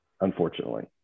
Unfortunately